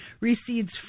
recedes